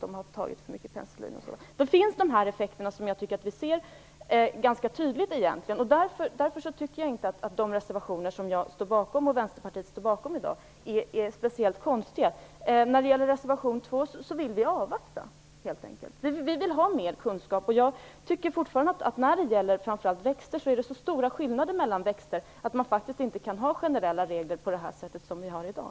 De här effekterna tycker jag att vi ser ganska tydligt, och därför tycker jag inte att de reservationer som jag och Vänsterpartiet i dag står bakom är speciellt konstiga. När det gäller det som behandlas i reservation 2 vill vi helt enkelt avvakta; vi vill ha mer kunskap. Jag vidhåller att det är så stora skillnader mellan olika växter att man faktiskt inte kan ha generella regler, som vi har i dag.